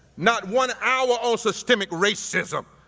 not one hour on systemic racism,